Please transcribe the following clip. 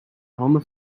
handen